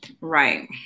Right